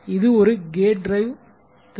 இது ஒரு gate drive தண்ட